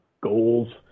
goals